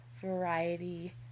variety